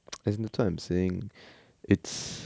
that's not what I'm saying it's